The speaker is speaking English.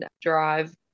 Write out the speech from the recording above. drive